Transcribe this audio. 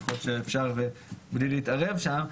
ככל שאפשר בלי להתערב שם.